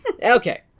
Okay